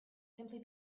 simply